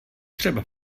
třeba